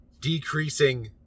decreasing